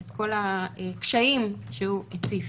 הקשיים שהוא הציף.